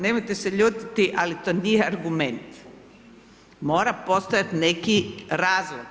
Nemojte se ljutiti, ali to nije argument, mora postojati neki razlog.